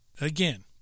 Again